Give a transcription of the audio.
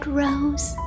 rose